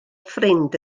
ffrind